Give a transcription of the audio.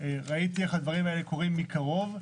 ראיתי איך הדברים האלה קורים מקרוב,